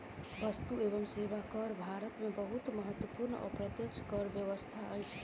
वस्तु एवं सेवा कर भारत में बहुत महत्वपूर्ण अप्रत्यक्ष कर व्यवस्था अछि